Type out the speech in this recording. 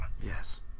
Yes